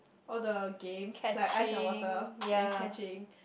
all the games like ice and water and catching